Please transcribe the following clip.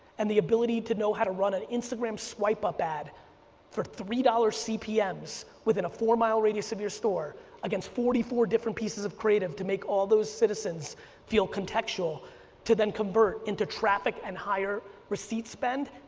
and the ability to know how to run an instagram swipe up ad for three dollars cpm within a four mile radius of your store against forty four different pieces of creative to make all those citizens feel contextual to then convert into traffic and higher receipt spend,